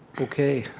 okay.